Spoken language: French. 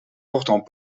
pourtant